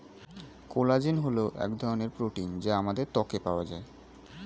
collagen হল এক ধরনের প্রোটিন যা আমাদের ত্বকে পাওয়া যায়